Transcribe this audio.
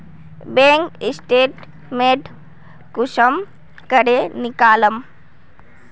Bank statement कुंसम करे निकलाम?